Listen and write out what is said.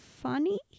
funny